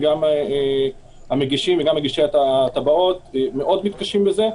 גם המגישים וגם מגישי התב"עות מאוד מתקשים בזה.